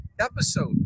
episode